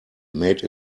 made